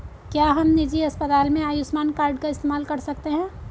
क्या हम निजी अस्पताल में आयुष्मान कार्ड का इस्तेमाल कर सकते हैं?